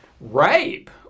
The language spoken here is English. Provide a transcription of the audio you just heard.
rape